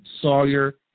Sawyer